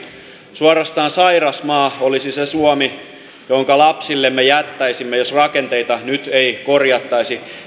suorastaan sairas maa olisi se suomi jonka lapsillemme jättäisimme jos rakenteita nyt ei korjattaisi